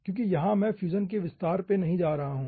इसलिए यहां मैं फ्यूजन तकनीक के विस्तार में नहीं जा रहा हूं